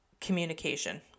communication